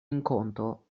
incontro